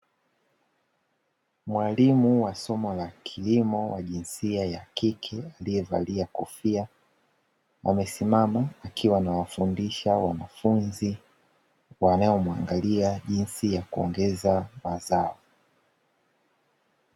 Mwalimu wa somo la kilimo wa jinsia ya kike aliyevalia kofia, amesimama akiwa anawafundisha wanafunzi wanao mwangalia, jinsi ya kuongeza mazao.